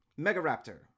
Megaraptor